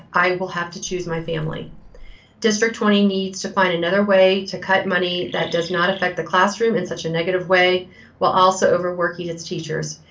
will have to choose my family district. twenty needs to find another way to cut money that does not affect the classroom in such a negative way will also overwork eat its teachers.